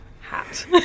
hat